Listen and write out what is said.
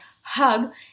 hug